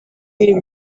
ibi